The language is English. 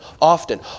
often